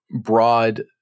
broad